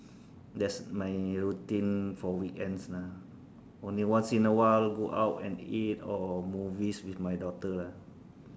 that's my routine for weekends lah only once in a while go out and eat or movies with my daughter lah